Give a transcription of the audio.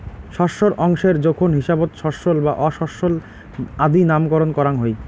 শস্যর অংশের জোখন হিসাবত শস্যল বা অশস্যল আদি নামকরণ করাং হই